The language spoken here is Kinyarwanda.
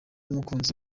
n’umukunzi